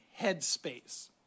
headspace